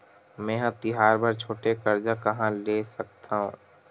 मेंहा तिहार बर छोटे कर्जा कहाँ ले सकथव?